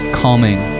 calming